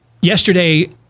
Yesterday